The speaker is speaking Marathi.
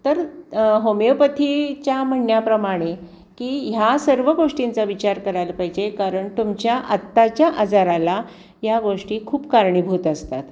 तर होमिओपथीच्या म्हणण्याप्रमाणे की ह्या सर्व गोष्टींचा विचार करायला पाहिजे कारण तुमच्या आत्ताच्या आजाराला ह्या गोष्टी खूप कारणीभूत असतात